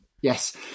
Yes